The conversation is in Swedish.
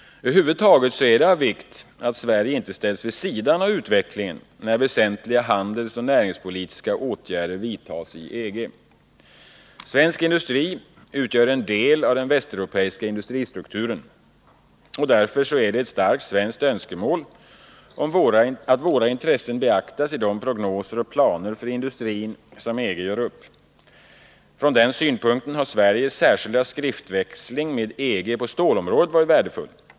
Över huvud taget är det av vikt att Sverige inte ställs vid sidan av utvecklingen när väsentliga handelsoch näringspolitiska åtgärder vidtas i EG. Svensk industri utgör en del av den västeuropeiska industristrukturen. Därför är det ett starkt svenskt önskemål att våra intressen beaktas i de prognoser och planer för industrin som EG gör upp. Från den synpunkten har Sveriges särskilda skriftväxling med EG på stålområdet varit värdefull.